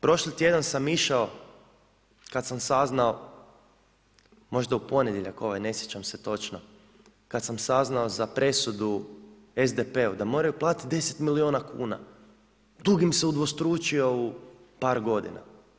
Prošli tjedan sam išao kad sam saznao možda u ponedjeljak ne sjećam se točno, kad sam saznao za presudu SDP-u da moraju platiti 10 milijona kuna, dug im se udvostručio u par godina.